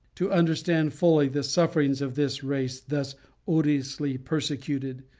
to understand fully the sufferings of this race thus odiously persecuted,